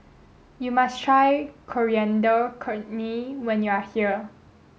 you must try Coriander Chutney when you are here